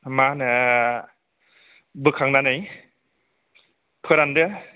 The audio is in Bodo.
मा होनो बोखांनानै फोरानदो